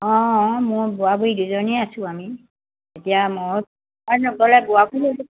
অঁ অঁ মোৰ বুঢ়া বুঢ়ী দুজনীয়েই আছোঁ আমি এতিয়া মই